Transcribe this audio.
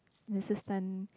Misses Tan